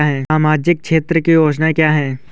सामाजिक क्षेत्र की योजनाएँ क्या हैं?